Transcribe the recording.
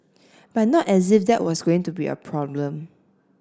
but not as if that was going to be a problem